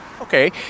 okay